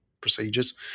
procedures